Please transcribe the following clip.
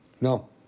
No